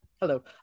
hello